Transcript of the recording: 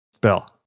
Bill